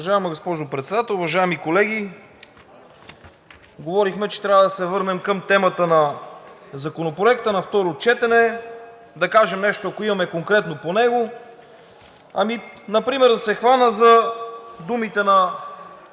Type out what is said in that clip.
Уважаема госпожо Председател, уважаеми колеги! Говорихме, че трябва да се върнем към темата на Законопроекта на второ четене, да кажем, ако имаме нещо конкретно по него. Ами, например да се хвана думите на